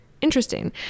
interesting